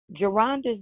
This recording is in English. Geronda's